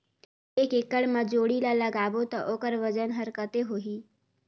एक एकड़ मा जोणी ला लगाबो ता ओकर वजन हर कते होही?